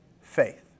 faith